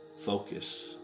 focus